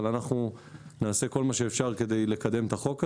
אבל אנחנו נעשה כל מה שאפשר כדי לקדם את החוק הזה.